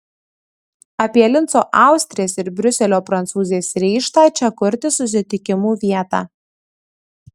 apie linco austrės ir briuselio prancūzės ryžtą čia kurti susitikimų vietą